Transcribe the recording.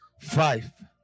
five